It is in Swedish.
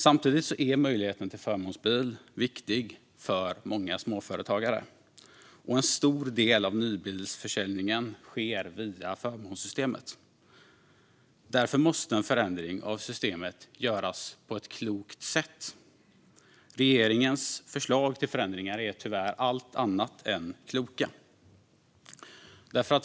Samtidigt är möjligheten till förmånsbil viktig för många småföretagare, och en stor del av nybilsförsäljningen sker via förmånssystemet. Därför måste en förändring av systemet göras på ett klokt sätt. Regeringens förslag till förändringar är tyvärr allt annat än klokt.